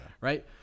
Right